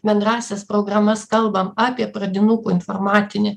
bendrąsias programas kalbam apie pradinukų informatinį